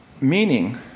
Meaning